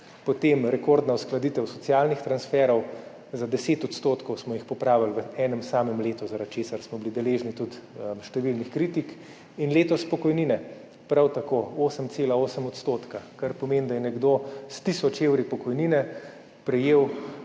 potem rekordna uskladitev socialnih transferjev, za 10 % smo jih popravili v enem samem letu, zaradi česar smo bili deležni tudi številnih kritik, in letos pokojnine, prav tako 8,8 %, kar pomeni, da je nekdo s tisoč evri pokojnine prejel